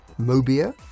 Mobia